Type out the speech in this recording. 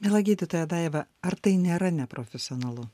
miela gydytoja daiva ar tai nėra neprofesionalu